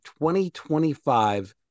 2025